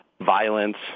violence